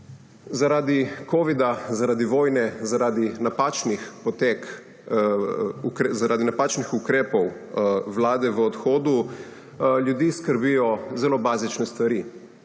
Zaradi covida, zaradi vojne, zaradi napačnih ukrepov vlade v odhodu, ljudi skrbijo zelo bazične stvari,